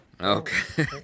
Okay